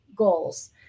goals